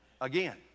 again